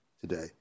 today